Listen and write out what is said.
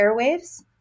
airwaves